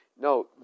no